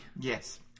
Yes